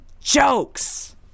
jokes